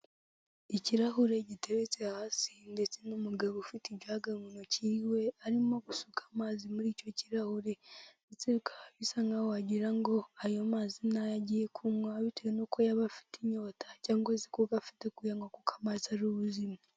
Ikirahure giteretse hasi, ndetse n'umugabo ufite ijyaga mu ntoki h'iwe, arimo gusuka amazi muri icyo kirahure, ndetse bikaba bisa nk'aho wagira ngo ayo mazi ni ayo agiye kunywa, bitewe n'uko yaba afite inyota, cyangwa se kuko afite kuyanywa kuko amazi ari ubuzima,